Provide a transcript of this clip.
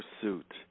pursuit